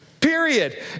period